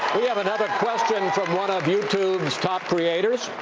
we have another question from one of youtube's top creators.